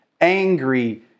angry